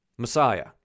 Messiah